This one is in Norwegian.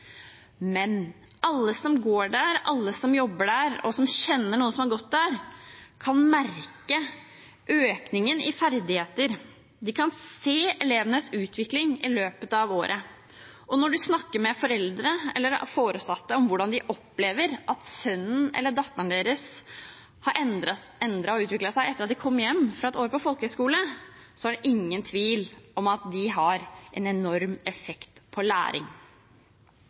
men alle som går der, alle som jobber der og som kjenner noen som har gått der, kan merke økningen i ferdigheter. De kan se elevenes utvikling i løpet av året. Når man snakker med foreldre eller foresatte om hvordan de opplever at sønnen eller datteren deres har endret og utviklet seg etter et år på folkehøgskole, er det ingen tvil om at skolene har en enorm effekt på læring.